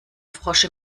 frosch